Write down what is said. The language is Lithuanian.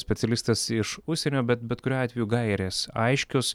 specialistas iš užsienio bet bet kuriuo atveju gairės aiškios